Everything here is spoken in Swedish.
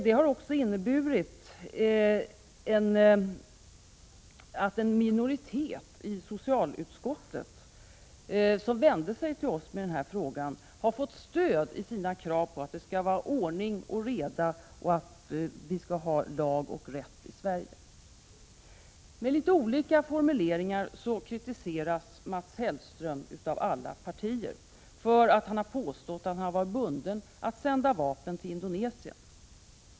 Det har inneburit att en minoritet i socialutskottet, som vände sig till oss i denna fråga, har fått stöd i sina krav på att det skall vara ordning och reda och att vi skall ha lag och rätt i Sverige. Med litet olika formuleringar kritiseras Mats Hellström av alla partier för att han har påstått att han har varit bunden att sända vapen till Indonesien.